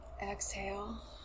Exhale